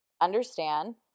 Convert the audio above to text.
understand